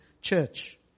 church